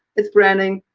it's branding.